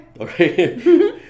Okay